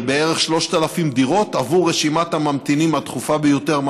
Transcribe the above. בערך 3,000 דירות עבור רשימת הממתינים הדחופה ביותר,